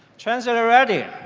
chancellor reddy,